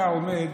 אתה עומד,